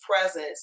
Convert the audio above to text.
presence